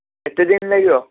କେତେଦିନ ଲାଗିବ